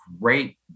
great